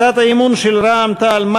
הצעת האי-אמון של רע"ם-תע"ל-מד"ע,